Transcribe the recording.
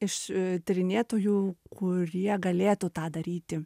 iš tyrinėtojų kurie galėtų tą daryti